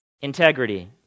Integrity